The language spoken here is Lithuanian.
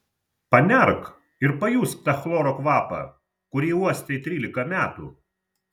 panerk ir pajusk tą chloro kvapą kurį uostei trylika metų